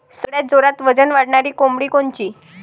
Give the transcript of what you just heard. सगळ्यात जोरात वजन वाढणारी कोंबडी कोनची?